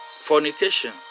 Fornication